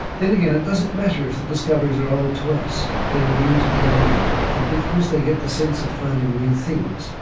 then again, it doesn't matter if the discoveries are old to us they're new to the young people, and because they get the sense of finding new things,